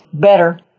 better